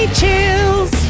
chills